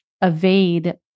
evade